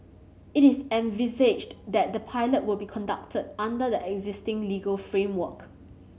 it is envisaged that the pilot will be conducted under the existing legal framework